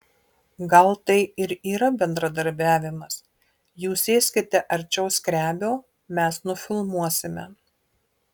gal tai ir yra bendradarbiavimas jūs sėskite arčiau skrebio mes nufilmuosime